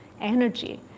energy